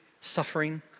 suffering